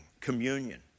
communion